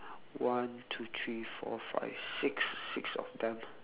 one two three four five six six of them